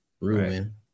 Ruin